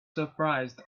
surprised